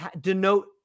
denote